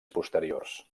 posteriors